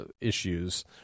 issues